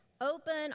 Open